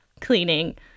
cleaning